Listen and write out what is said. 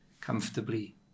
comfortably